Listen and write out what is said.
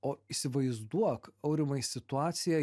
o įsivaizduok aurimai situaciją